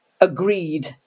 agreed